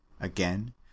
Again